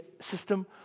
system